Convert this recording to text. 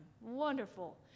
Wonderful